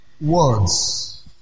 words